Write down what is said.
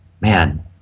man